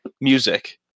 music